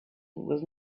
was